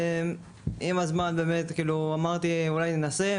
עם הזמן אמרתי, אולי ננסה.